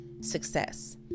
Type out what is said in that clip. success